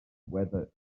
weather